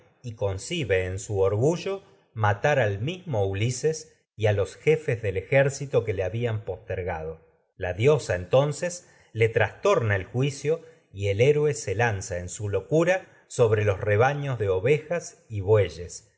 y a concibe los en su orgullo matar al mismo ulises que y jefes del ejército le habían postergado y la diosa entonces le trastorna el juicio se el hé de roe lanza en su locura sobre saciar los en rebaños ellos la ovejas y bueyes